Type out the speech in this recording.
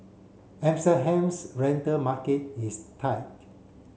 rental market is tight